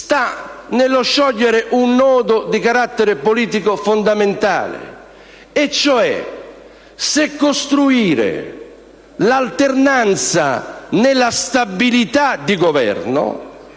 di sciogliere un nodo di carattere politico fondamentale, ossia se costruire l'alternanza nella stabilità di Governo